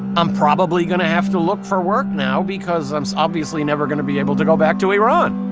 i'm probably going to have to look for work now because i'm obviously never going to be able to go back to iran